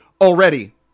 already